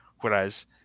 Whereas